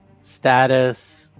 status